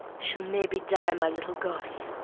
she'll maybe die, my little gosse,